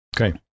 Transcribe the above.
Okay